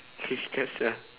play cards ah